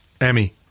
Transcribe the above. Emmy